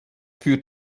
für